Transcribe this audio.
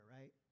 right